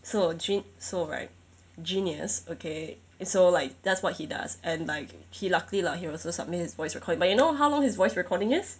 so ge~ so right genius okay so like that's what he does and like he luckily lah he also submit his voice recording but you know how long his voice recording is